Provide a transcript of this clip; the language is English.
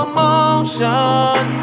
motion